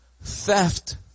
Theft